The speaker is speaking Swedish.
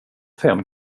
fem